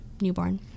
newborn